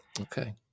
okay